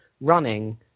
running